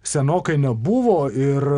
senokai nebuvo ir